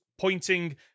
pointing